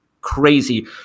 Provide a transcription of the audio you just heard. crazy